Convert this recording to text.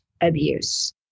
abuse